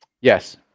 Yes